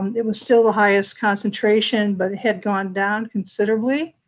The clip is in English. it was still the highest concentration, but had gone down considerably.